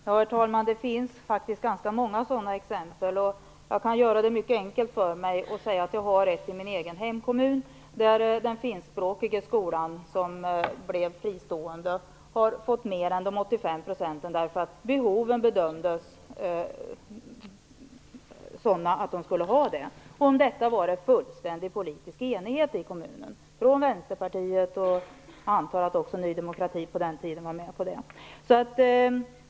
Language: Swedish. Herr talman! Det finns faktiskt ganska många sådana exempel. Jag kan göra det mycket enkelt för mig och säga att jag har ett i min egen hemkommun. Den finskspråkiga skolan, som blev fristående, har fått mer än de 85 procenten därför att behoven bedömdes som sådana. Om det rådde fullständig politisk enighet i kommunen, från Vänsterpartiet till Ny demokrati, som jag antar var med på det på den tiden.